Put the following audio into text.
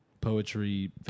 poetry